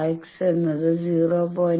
X എന്നത് 0